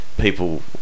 people